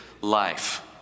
life